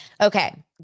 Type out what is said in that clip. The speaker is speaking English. Okay